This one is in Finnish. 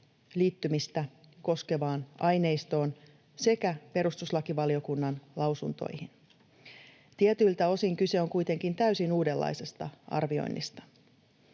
liittymistä koskevaan aineistoon sekä perustuslakivaliokunnan lausuntoihin. Tietyiltä osin kyse on kuitenkin täysin uudenlaisesta arvioinnista.